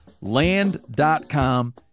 Land.com